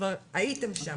כבר הייתם שם.